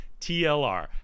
TLR